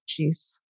Jeez